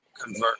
convert